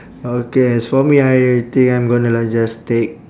okay as for me I think I'm gonna like just take